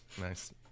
nice